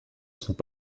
sont